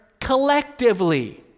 collectively